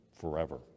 forever